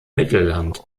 mittelland